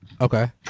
Okay